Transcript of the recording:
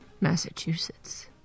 Massachusetts